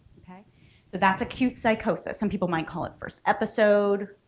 okay so that's acute psychosis. some people might call it first episode